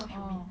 orh